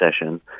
session